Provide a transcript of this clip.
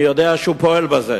אני יודע שהוא פועל בזה,